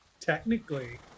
technically